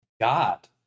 God